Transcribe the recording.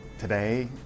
today